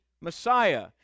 Messiah